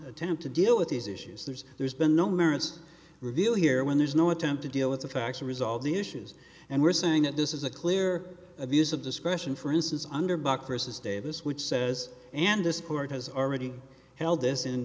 attempt to deal with these issues there's there's been no merits reveal here when there's no attempt to deal with the facts or resolve the issues and we're saying that this is a clear abuse of discretion for instance under backcrosses davis which says and this court has already held this in